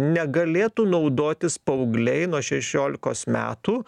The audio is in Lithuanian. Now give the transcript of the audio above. negalėtų naudotis paaugliai nuo šešiolikos metų